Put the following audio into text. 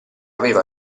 aveva